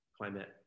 climate